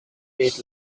ate